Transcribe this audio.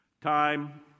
Time